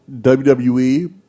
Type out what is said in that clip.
WWE